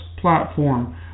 platform